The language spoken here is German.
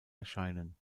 erscheinen